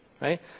right